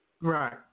Right